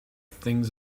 things